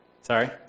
Sorry